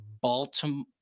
Baltimore